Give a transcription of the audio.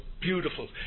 beautiful